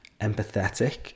empathetic